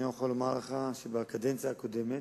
אני יכול לומר לך שבקדנציה הקודמת,